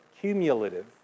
cumulative